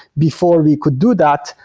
before we could do that,